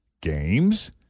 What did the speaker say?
games